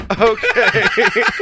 Okay